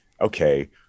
Okay